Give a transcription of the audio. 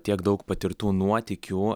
tiek daug patirtų nuotykių